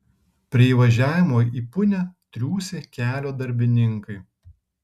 prie įvažiavimo į punią triūsė kelio darbininkai